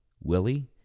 Willie